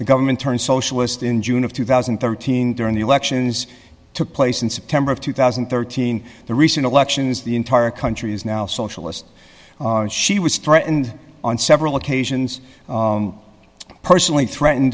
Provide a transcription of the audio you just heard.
the government turned socialist in june of two thousand and thirteen during the elections took place in september of two thousand and thirteen the recent elections the entire country is now socialist and she was threatened on several occasions personally threatened